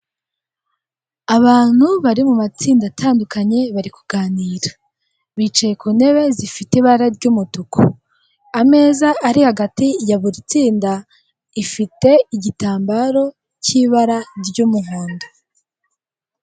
Abantu bari mu matsinda atandukanye bari kuganira, bicaye ku ntebe zifite ibara ry'umutuku, ameza ari hagati ya buri tsinda afite igitambaro k'ibara ry'umuhondo.